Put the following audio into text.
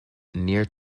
near